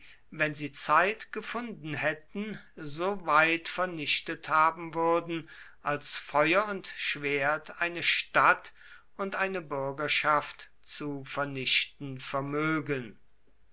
wenn sie zeit gefunden hätten so weit vernichtet haben würden als feuer und schwert eine stadt und eine bürgerschaft zu vernichten vermögen